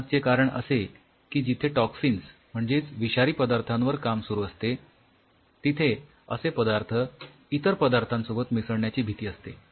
यामागचे कारण असे की जिथे टॉक्सिन्स म्हणजेच विषारी पदार्थांवर काम चालू असते तिथे असे पदार्थ इतर पदार्थांसोबत मिसळण्याची भीती असते